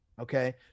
okay